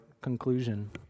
conclusion